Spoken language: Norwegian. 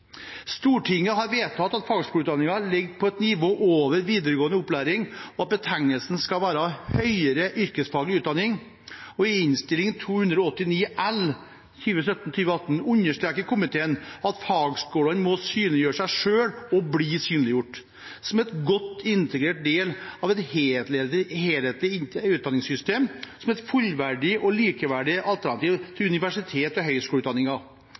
Stortinget har vedtatt at fagskoleutdanningen ligger på et nivå over videregående opplæring, og at betegnelsen skal være «høyere yrkesfaglig utdanning». I Innst. 289 L for 2017–2018 understreker komiteen: «Fagskolene må både synliggjøre seg selv, og bli synliggjort, som en godt integrert del av et helhetlig utdanningssystem og som et fullverdig og likeverdig alternativ til